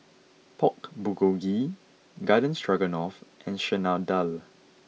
Pork Bulgogi Garden Stroganoff and Chana Dal